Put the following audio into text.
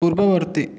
ପୂର୍ବବର୍ତ୍ତୀ